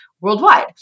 worldwide